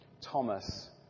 Thomas